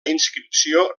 inscripció